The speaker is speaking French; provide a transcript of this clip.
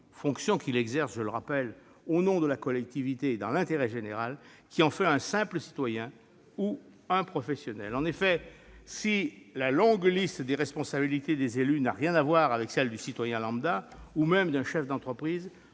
fonctions, exercées- je le rappelle -au nom de la collectivité et dans l'intérêt général, un simple citoyen ou un professionnel. En effet, si la longue liste des responsabilités des élus n'a rien à voir avec celle du citoyen lambda ou même d'un chef d'entreprise,